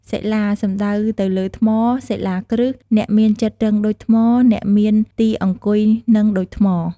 សិលា សំដៅទៅលើថ្ម សិលាគ្រិះ អ្នកមានចិត្តរឹងដូចថ្ម អ្នកមានទីអង្គុយនឹងដូចថ្ម។